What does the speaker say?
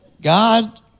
God